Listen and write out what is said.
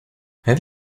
have